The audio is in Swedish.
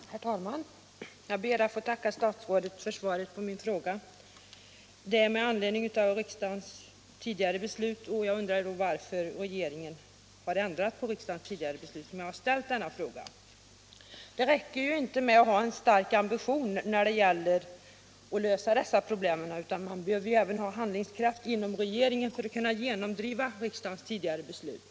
Herr talman! Jag ber att få tacka statsrådet för svaret på min fråga. Det är med anledning av riksdagens tidigare beslut som jag har ställt frågan. Jag undrar varför regeringen frångår detta beslut? Det räcker inte med att ha en stark ambition att lösa dessa problem, utan man behöver även ha handlingskraft inom regeringen för att kunna — Nr 57 genomdriva riksdagens tidigare beslut.